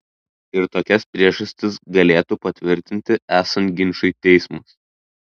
ir tokias priežastis galėtų patvirtinti esant ginčui teismas